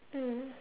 mm